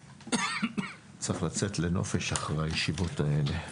צריך לצאת לנופש אחרי הישיבות האלה.